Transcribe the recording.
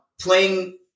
playing